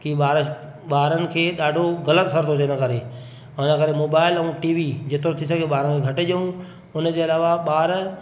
कि ॿार ॿारनि खे ॾाढो ग़लति असर थो अचे इन करे ऐं अगरि मोबाइल ऐं टी वी जेतिरो थी सघे ॿारनि खे घटि ॾियूं उन जे अलावा ॿार